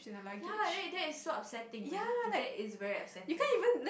ya and then it that is so upsetting man that is very upsetting